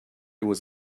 was